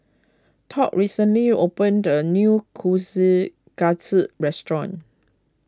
Todd recently opened a new Kushikatsu restaurant